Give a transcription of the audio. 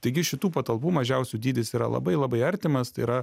taigi šitų patalpų mažiausių dydis yra labai labai artimas tai yra